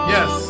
Yes